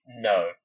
No